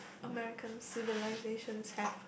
American civilization have